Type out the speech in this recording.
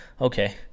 okay